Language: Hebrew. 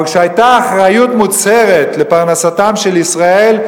אבל כשהיתה אחריות מוצהרת לפרנסתם של ישראל,